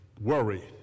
Worry